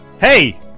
hey